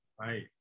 Right